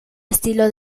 estilo